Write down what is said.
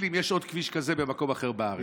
לי אם יש עוד כביש כזה במקום אחר בארץ.